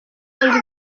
gutanga